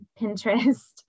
Pinterest